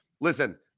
listen